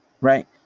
Right